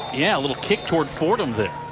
yeah a little kick towards fordham there.